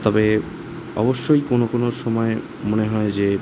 তবে অবশ্যই কোনো কোনো সময়ে মনে হয় যে